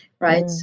right